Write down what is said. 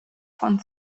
von